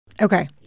Okay